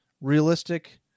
realistic